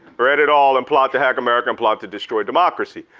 read it all in plot to hack america and plot to destroy democracy.